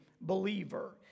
believer